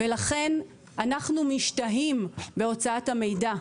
ולכן אנחנו משתהים בהוצאת המידע.